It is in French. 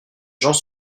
gens